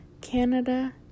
Canada